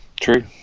True